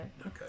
Okay